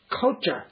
culture